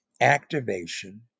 activation